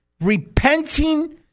repenting